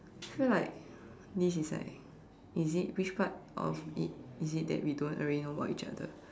feel like this is like is it which part of it is it that we don't already know about each other